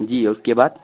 جی اس کے بعد